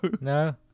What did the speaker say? No